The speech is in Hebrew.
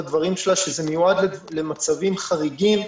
שזה מיועד למצבים חריגים,